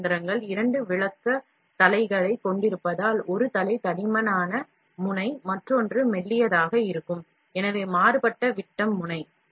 M இயந்திரங்கள் இரண்டு விலக்கு தலைகளைக் கொண்டிருப்பதால் ஒரு தலை தடிமனான முனை மற்றொன்று மெல்லியதாக இருக்கும் எனவே மாறுபட்ட விட்டம் முனை